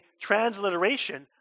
transliteration